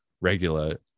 regular